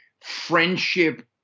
friendship